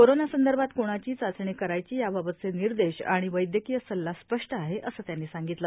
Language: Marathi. कोरोना संदर्भात कोणाची चाचणी करायची याबाबतचे निर्देश आणि वैद्यकीय सल्ला स्पष्ट आहे असं त्यांनी सांगितलं